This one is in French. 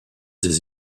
des